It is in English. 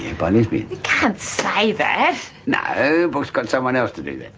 by lesbians. you can't say that! no, we've got someone else to do that.